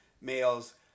males